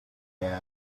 man